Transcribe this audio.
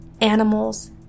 animals